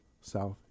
South